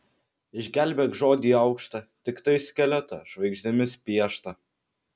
išgelbėk žodį aukštą tiktai skeletą žvaigždėmis pieštą